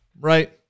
Right